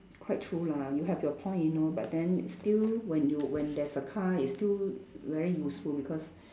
quite true lah you have your point you know but then still when you when there's a car it's still very useful because